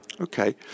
Okay